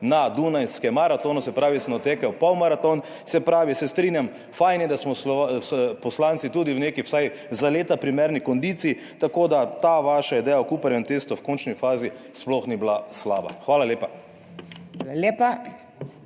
na dunajskem maratonu, se pravi, sem odtekel polmaraton, se pravi, se strinjam, fajn je, da smo poslanci tudi v neki vsaj za leta primerni kondiciji, tako da ta vaša ideja o Cooperjem testu v končni fazi sploh ni bila slaba. Hvala lepa.